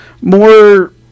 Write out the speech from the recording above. more